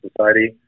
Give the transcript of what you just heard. Society